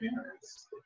parents